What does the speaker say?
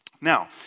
Now